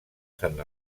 sant